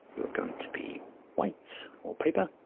you're going to be white or paper.